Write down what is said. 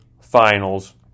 Finals